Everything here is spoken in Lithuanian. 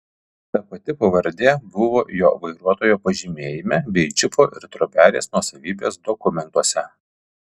ta pati pavardė buvo jo vairuotojo pažymėjime bei džipo ir trobelės nuosavybės dokumentuose